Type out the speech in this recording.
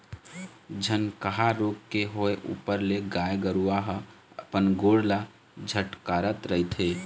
झनकहा रोग के होय ऊपर ले गाय गरुवा ह अपन गोड़ ल झटकारत रहिथे